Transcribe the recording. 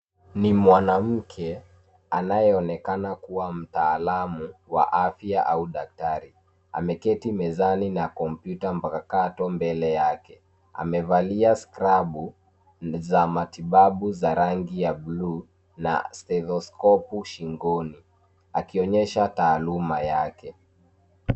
Ni mwanamke anayeonekana kuwa mtaalamu wa afya au daktari. Ameketi mezani na kompyuta mpakato mbele yake. Amevalia skrabu za matibabu za rangi ya bluu na stethoscopu shingoni akionyesha taaluma yake.